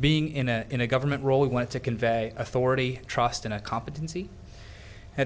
being in a in a government role we want to convey authority trust in a competency at